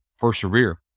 persevere